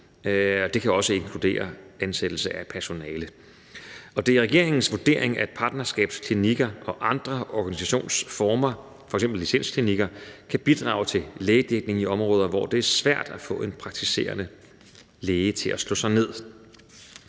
det kan også inkludere ansættelse af personale. Det er regeringens vurdering, at partnerskabsklinikker og andre organisationsformer, f.eks. licensklinikker, kan bidrage til lægedækning i områder, hvor det er svært at få en praktiserende læge til at slå sig ned.